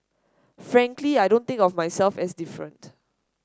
frankly I don't think of myself as different